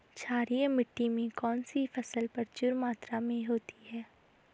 क्षारीय मिट्टी में कौन सी फसल प्रचुर मात्रा में होती है?